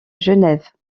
genève